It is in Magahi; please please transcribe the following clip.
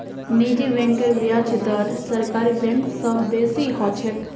निजी बैंकेर ब्याज दर सरकारी बैंक स बेसी ह छेक